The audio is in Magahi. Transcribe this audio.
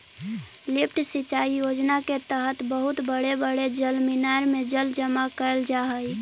लिफ्ट सिंचाई योजना के तहत बहुत बड़े बड़े जलमीनार में जल जमा कैल जा हई